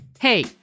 Hey